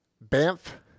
Banff